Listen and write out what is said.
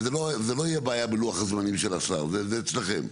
זה לא יהיה בעיה בלוח הזמנים של השר, זנה אצלכם.